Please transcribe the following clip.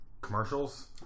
commercials